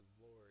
Lord